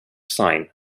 sign